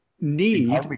need